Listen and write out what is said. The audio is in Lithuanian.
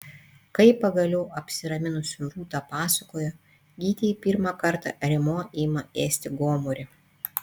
kai pagaliau apsiraminusi rūta papasakojo gytei pirmą kartą rėmuo ima ėsti gomurį